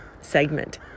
segment